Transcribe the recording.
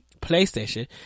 PlayStation